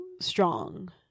strong